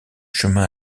chemin